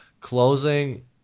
closing